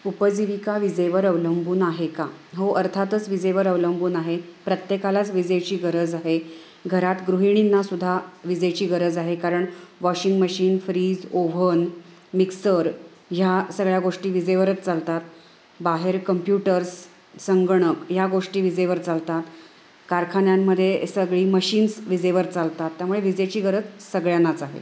उपजीविका विजेवर अवलंबून आहे का हो अर्थातच विजेवर अवलंबून आहे प्रत्येकालाच विजेची गरज आहे घरात गृहिणींनासुद्धा विजेची गरज आहे कारण washing machine fridge oven mixer ह्या सगळ्या गोष्टी विजेवरच चालतात बाहेर कंप्युटर्स संगणक या गोष्टी विजेवर चालतात कारखान्यांमध्ये सगळी मशीन्स विजेवर चालतात त्यामुळे विजेची गरज सगळ्यांनाच आहे